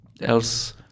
else